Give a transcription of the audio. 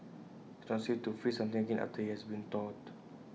IT is not safe to freeze something again after IT has thawed